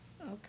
Okay